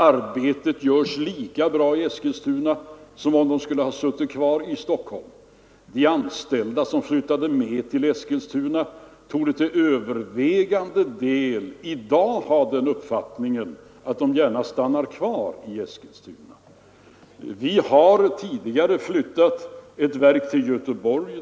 Arbetet görs lika bra i Eskilstuna som om verket skulle ha suttit kvar i Stockholm. De anställda som flyttade med till Eskilstuna torde till övervägande del i dag gärna stanna kvar i Eskilstuna. Vi har tidigare flyttat ett verk till Göteborg.